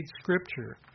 Scripture